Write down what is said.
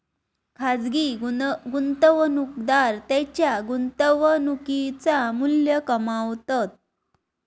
खाजगी गुंतवणूकदार त्येंच्या गुंतवणुकेचा मू्ल्य कमावतत